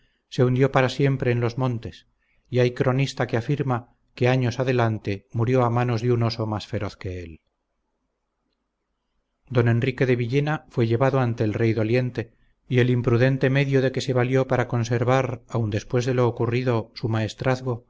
se hundió para siempre en los montes y hay cronista que afirma que años adelante murió a manos de un oso más feroz que él don enrique de villena fue llevado ante el rey doliente y el imprudente medio de que se valió para conservar aun después de lo ocurrido su maestrazgo